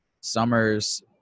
summers